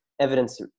evidence